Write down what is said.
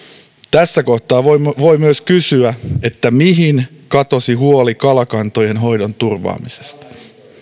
tässä kohtaa voi voi myös kysyä mihin katosi huoli kalakantojen hoidon turvaamisesta